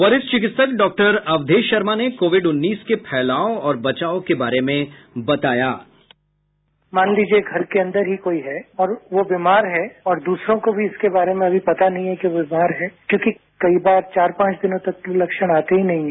वरिष्ठ चिकित्सक डॉक्टर अवधेश शर्मा ने कोविड उन्नीस के फैलाव और बचाव के बारे में बताया बाइट मान लीजिएघर के अन्दर ही कोई है और वो बीमार है और दूसरों को भी इसके बारे में अमी पता नहींहै कि वो बीमार है क्योंकि चार पांच दिनों तक कोई लक्षण आते ही नहीं हैं